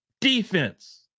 defense